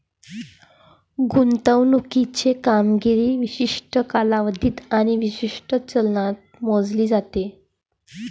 गुंतवणुकीची कामगिरी विशिष्ट कालावधीत आणि विशिष्ट चलनात मोजली जाते